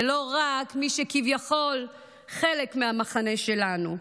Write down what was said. ולא רק את מי שכביכול חלק מהמחנה שלנו.